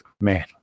Man